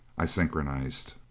i synchronized.